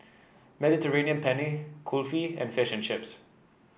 Mediterranean Penne Kulfi and Fish Chips